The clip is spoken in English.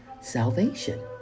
salvation